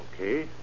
Okay